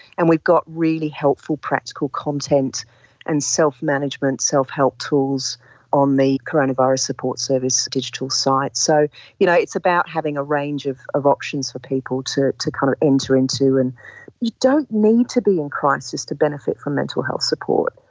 and we've got really helpful practical content and self-management, self-help tools on the coronavirus support service digital site. so you know it's about having a range of of options for people to to kind of enter into. and you don't need to be in crisis to benefit from mental health support.